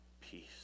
peace